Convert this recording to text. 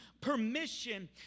permission